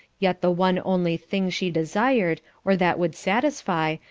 yet the one only thing she desired, or that would satisfy,